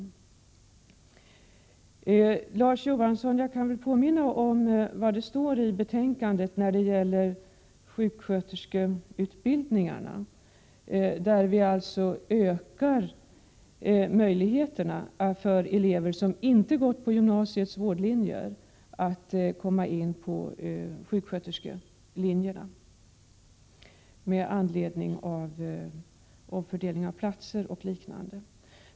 När det gäller Larz Johansson vill jag påminna om vad som står i betänkandet beträffande sjuksköterskeutbildningarna. Vi ökar möjligheterna för elever som inte gått gymnasiets vårdlinje att komma in på sjuksköterskelinjerna — detta på grund av omfördelning av platser o. d.